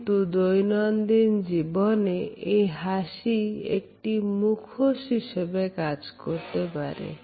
কিন্তু দৈনন্দিন জীবনে এই হাসি একটি মুখোশ হিসেবে কাজ করতে পারে